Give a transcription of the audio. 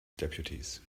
deputies